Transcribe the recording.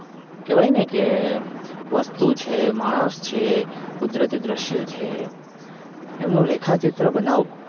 કહેવાય ને કે વસ્તુ છે માણસ છે કુદરતી દૃશ્યો છે એમનું રેખા ચિત્ર બનાવો